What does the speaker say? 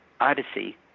Odyssey